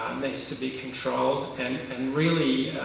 needs to be controlled and and really